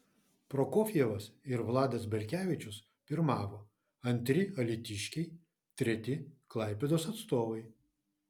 prokofjevas ir vladas belkevičius pirmavo antri alytiškiai treti klaipėdos atstovai